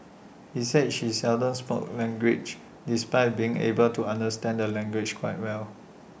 he said she seldom spoke language despite being able to understand the language quite well